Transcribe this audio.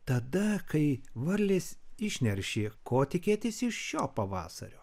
tada kai varlės išneršė ko tikėtis iš šio pavasario